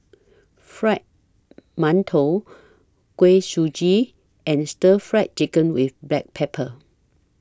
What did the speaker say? Fried mantou Kuih Suji and Stir Fried Chicken with Black Pepper